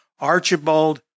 Archibald